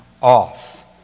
off